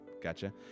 gotcha